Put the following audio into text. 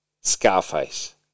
Scarface